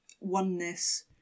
oneness